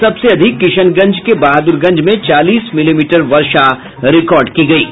सबसे अधिक किशनगंज के बहादुरगंज में चालीस मिलीमीटर वर्षा रिकॉर्ड की गयी